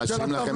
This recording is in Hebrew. מה זה הדבר הזה,